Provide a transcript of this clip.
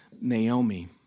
Naomi